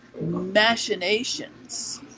Machinations